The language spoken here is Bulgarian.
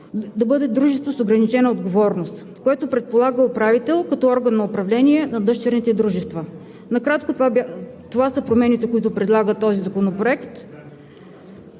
– дружество с ограничена отговорност, което предполага управител като орган на управление на дъщерните дружества. Накратко това са промените, които предлага този законопроект.